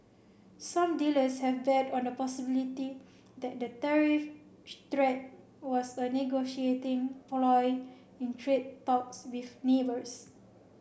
some dealers have bet on the possibility that the tariff threat was a negotiating ploy in trade talks with neighbours